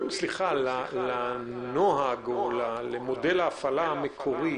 או למודל ההפעלה המקורי